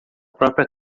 própria